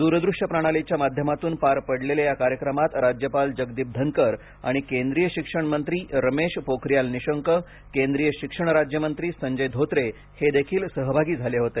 दूरदृष्य प्रणालीच्या माध्यमातून पार पडलेल्या या कार्यक्रमात राज्यपाल जगदीप धनकर आणि केंद्रीय शिक्षणमंत्री रमेश पोखरीयाल निशंककेंद्रीय शिक्षण राज्यमंत्री संजय धोत्रे हे देखील सहभागी झाले होते